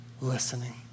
listening